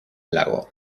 lago